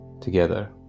together